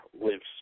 lives